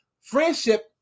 friendship